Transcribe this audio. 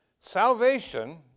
Salvation